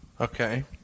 Okay